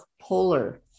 polar